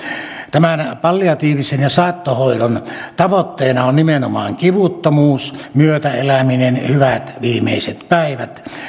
tämän palliatiivisen ja saattohoidon tavoitteena on nimenomaan kivuttomuus myötäeläminen hyvät viimeiset päivät